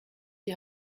die